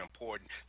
important